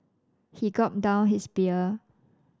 he gulped down his beer